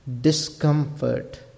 Discomfort